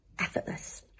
effortless